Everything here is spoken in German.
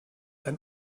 ein